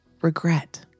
Regret